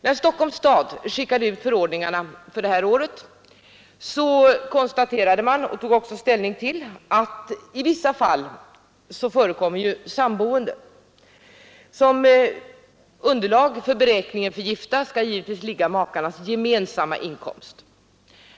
När Stockholms stad skickade ut bestämmelserna för det här året konstaterade man — och tog också ställning till — att det i vissa fall förekom samboende. Som underlag för beräkningen för gifta skall givetvis ligga makarnas gemensamma inkomst.